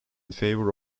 favor